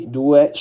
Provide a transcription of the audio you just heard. due